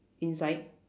inside